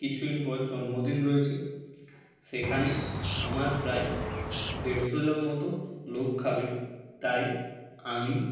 কিছু দিন পর জন্মদিন রয়েছে সেইখানে আমার প্রায় দেড়শো জন মতো লোক খাবে তাই আমি